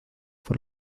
por